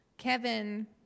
Kevin